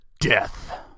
death